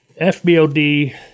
FBOD